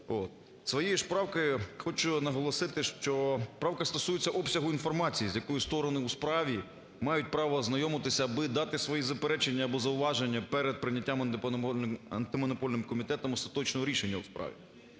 своєю ж правкою, хочу наголосити, що правка стосується обсягу інформації, з якою сторони у справі мають право ознайомитися, аби дати свої заперечення або зауваження перед прийняттям Антимонопольним комітетом остаточного рішення у справі.